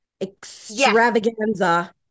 extravaganza